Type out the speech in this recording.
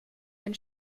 den